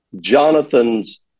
Jonathan's